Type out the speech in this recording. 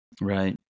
right